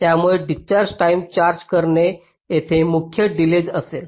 त्यामुळे discharge time charge करणे येथे मुख्य डिलेज असेल